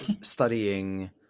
studying